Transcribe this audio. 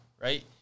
right